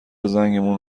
زنگمون